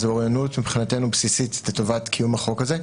זו אוריינות מבחינתנו בסיסית לטובת קיום החוק הזה.